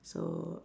so